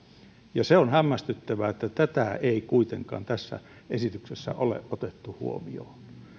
ja se on hämmästyttävää että tätä ei kuitenkaan tässä esityksessä ole otettu huomioon